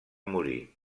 morir